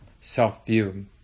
self-view